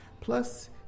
Plus